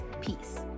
Peace